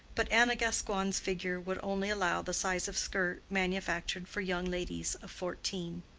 but anna gascoigne's figure would only allow the size of skirt manufactured for young ladies of fourteen.